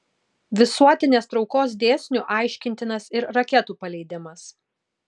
visuotinės traukos dėsniu aiškintinas ir raketų paleidimas